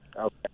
Okay